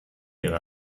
ihre